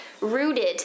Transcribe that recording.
rooted